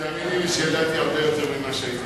תאמיני לי שידעתי הרבה יותר ממה שהייתי צריך.